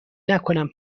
نکنم